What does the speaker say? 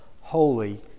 holy